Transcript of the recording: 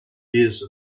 years